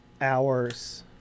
hours